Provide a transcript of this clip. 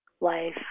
life